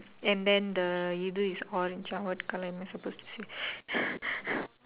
and then the you do is orange or what colour am I suppose to say